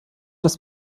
das